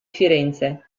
firenze